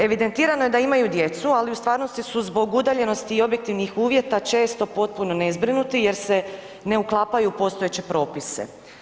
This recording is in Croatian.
Evidentirano je da imaju djecu, ali u stvarnosti su zbog udaljenosti i objektivnih uvjeta često potpuno nezbrinuti jer se ne uklapaju u postojeće propise.